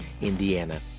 Indiana